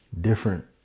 different